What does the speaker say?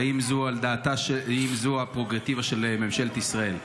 והאם זו הפררוגטיבה של ממשלת ישראל?